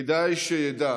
כדאי שידע